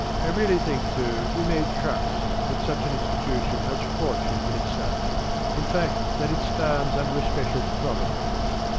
i really think, too, we may trust that such an institution has fortune on its side in fact, that it stands under a special providence.